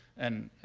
and